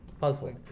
Puzzle